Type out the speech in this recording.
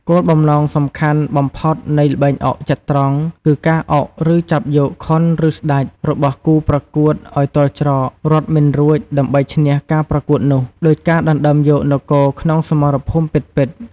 គោលបំណងសំខាន់បំផុតនៃល្បែងអុកចត្រង្គគឺការ អុក ឬចាប់យក ខុន ឬស្តេច របស់គូប្រកួតឱ្យទាល់ច្រក រត់មិនរួចដើម្បីឈ្នះការប្រកួតនោះ ដូចការដណ្ដើមយកនគរក្នុងសមរភូមិពិតៗ។